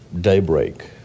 daybreak